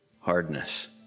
hardness